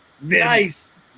Nice